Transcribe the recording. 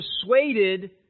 persuaded